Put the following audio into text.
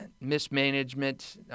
mismanagement